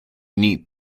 need